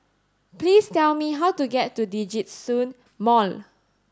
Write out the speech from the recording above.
please tell me how to get to Djitsun Mall